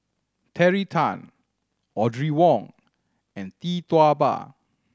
Terry Tan Audrey Wong and Tee Tua Ba